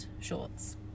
shorts